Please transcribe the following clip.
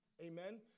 Amen